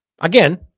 Again